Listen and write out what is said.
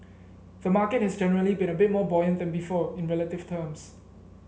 the market has generally been a bit more buoyant than before in relative terms